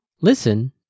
listen